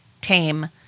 tame